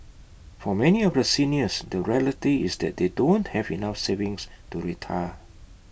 for many of the seniors the reality is that they don't have enough savings to retire